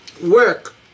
work